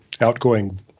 outgoing